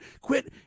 Quit